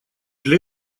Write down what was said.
для